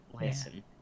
Listen